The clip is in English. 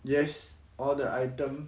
yes all the item